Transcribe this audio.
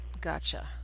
Gotcha